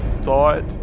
thought